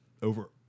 over